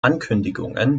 ankündigungen